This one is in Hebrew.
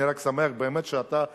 אני רק שמח באמת שאתה מסכים,